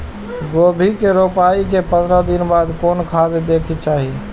गोभी के रोपाई के पंद्रह दिन बाद कोन खाद दे के चाही?